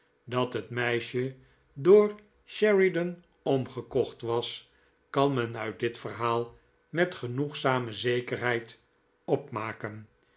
dat het meisje door sheridan omgekocmfwas kan men uit dit verhaal met genoegzame zekerheid opraaken